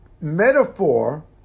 metaphor